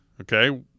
Okay